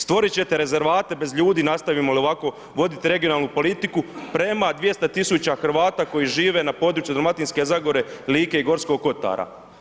Stvorit ćete rezervate bez ljudi nastavimo li ovako voditi regionalnu politiku prema 200 tisuća Hrvata koji žive na području Dalmatinske zagore, Like i Gorskog kotara.